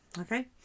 okay